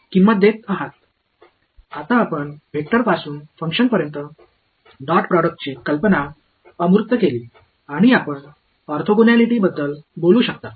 இப்போது வெக்டர் களிலிருந்து செயல்பாடுகளுக்கு டாட் ப்ராடக்ட் யோசனையை நீங்கள் சுருக்கிக் கொண்டுள்ளீர்கள் மேலும் நீங்கள் ஆர்த்தோகனாலிட்டி பற்றி பேசலாம்